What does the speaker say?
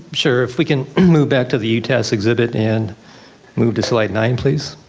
sure, if we can move back to the utas exhibit and move to slide nine please.